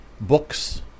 books